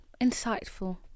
insightful